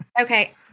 Okay